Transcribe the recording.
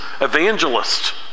evangelist